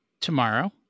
tomorrow